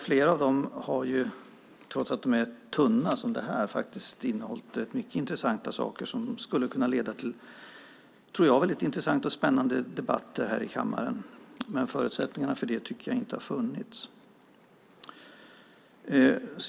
Flera av dem - trots att betänkandena är tunna - har innehållit mycket intressanta saker som skulle kunna leda till intressanta och spännande debatter i kammaren, men förutsättningarna för det tycker jag inte har funnits.